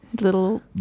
little